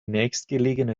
nächstgelegene